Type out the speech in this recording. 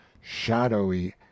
shadowy